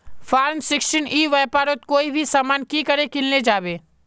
Form sixteen ई व्यापारोत कोई भी सामान की करे किनले जाबे?